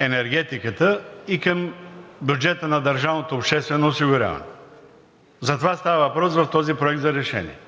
енергетиката и към бюджета на държавното обществено осигуряване. За това става въпрос в този проект за решение.